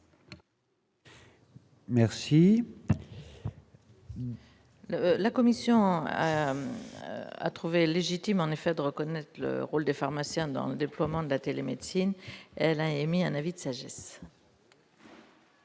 Merci. La commission a trouvé légitime en effet de reconnaître le rôle des pharmaciens dans le déploiement de la télémédecine, elle a émis un avis de sagesse.